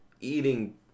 eating